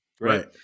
Right